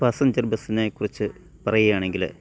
passenger ബെസ്സിനെക്കുറിച്ച് പറയുകയാണെങ്കിൽ